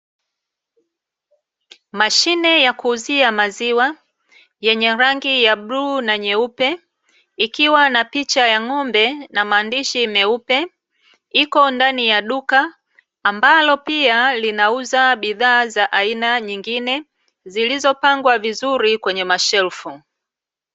Mashine ya kuuzia maziwa yenye rangi ya bluu na nyeupe, ikiwa na picha ya ng'ombe na maandishi meupe, iko ndani ya duka, ambalo pia linauza bidhaa za aina nyingine zilizopangwa vizuri kwenye mashelfu.